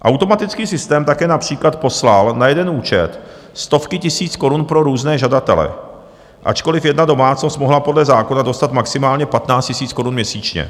Automatický systém také například poslal na jeden účet stovky tisíc korun pro různé žadatele, ačkoliv jedna domácnost mohla podle zákona dostat maximálně 15 000 korun měsíčně.